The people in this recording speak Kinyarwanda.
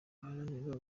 baharanira